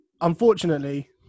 unfortunately